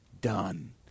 done